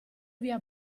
via